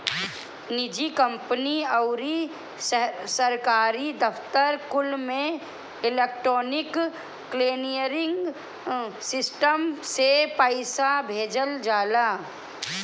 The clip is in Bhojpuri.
निजी कंपनी अउरी सरकारी दफ्तर कुल में इलेक्ट्रोनिक क्लीयरिंग सिस्टम से पईसा भेजल जाला